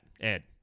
Ed